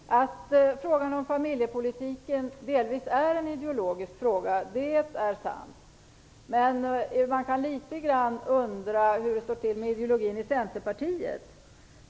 Fru talman! Att frågan om familjepolitiken delvis är ideologisk är sant, men man kan litet grand undra hur det står till med ideologin i Centerpartiet.